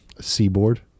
Seaboard